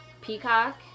Peacock